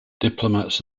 diplomats